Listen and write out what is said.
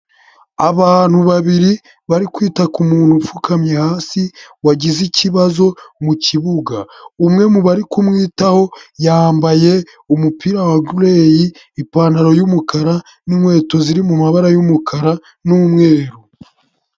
Abantu babiri bari kwita ku muntu upfukamye hasi, wagize ikibazo mu kibuga, umwe mu bari kumwitaho, yambaye umupira wa gereyi, ipantaro y'umukara n'inkweto ziri mu mabara y'umukara n'umweru.